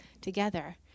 together